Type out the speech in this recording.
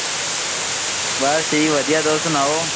बस ठीक बधिया तुस सनाओ